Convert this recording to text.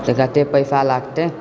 कते पैसा लागतै